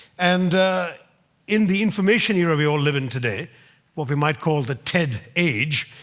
and in the information era we all live in today, what we might call the ted age,